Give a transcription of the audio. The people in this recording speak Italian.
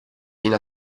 fino